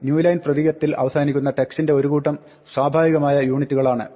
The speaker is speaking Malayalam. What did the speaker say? ന്യൂ ലൈൻ പ്രതീകത്തിൽ അവസാനിക്കുന്ന ടെക്സ്റ്റിന്റെ ഒരു കൂട്ടം സ്വാഭാവികമായ ഒരു യൂണിറ്റാണ്